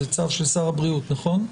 זה צו של שר הבריאות, נכון?